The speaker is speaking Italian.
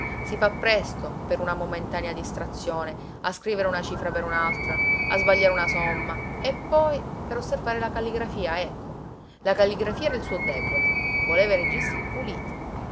si fa presto per una momentanea distrazione a scrivere una cifra per un'altra a sbagliare una somma e poi per osservare la calligrafia ecco la calligrafia era il suo debole voleva i registri puliti